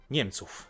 Niemców